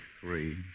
three